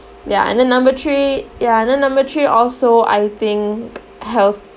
ya and then number three ya then number three also I think health